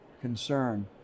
concern